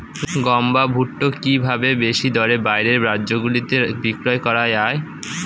গম বা ভুট্ট কি ভাবে বেশি দরে বাইরের রাজ্যগুলিতে বিক্রয় করা য়ায়?